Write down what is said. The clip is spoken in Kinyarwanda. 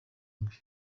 mbi